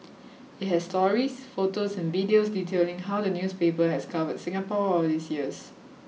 it has stories photos and videos detailing how the newspaper has covered Singapore all these years